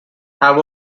have